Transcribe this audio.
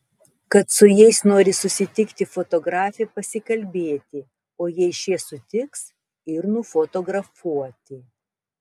kad su jais nori susitikti fotografė pasikalbėti o jei šie sutiks ir nufotografuoti